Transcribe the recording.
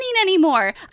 anymore